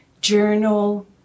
journal